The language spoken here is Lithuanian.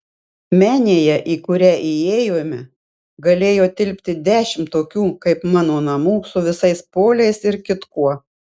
menėje į kurią įėjome galėjo tilpti dešimt tokių kaip mano namų su visais poliais ir kitkuo